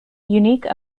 unique